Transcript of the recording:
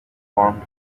formed